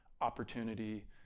opportunity